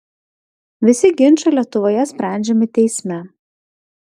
visi ginčai lietuvoje sprendžiami teisme